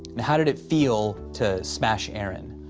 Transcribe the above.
and how did it feel to smash aaron?